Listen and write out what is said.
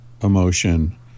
emotion